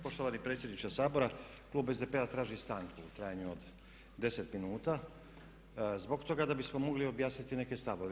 Poštovani predsjedniče Sabora, klub SDP-a traži stanku u trajanju od 10 minuta zbog toga da bismo mogli objasniti neke stavove.